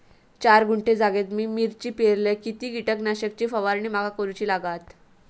चार गुंठे जागेत मी मिरची पेरलय किती कीटक नाशक ची फवारणी माका करूची लागात?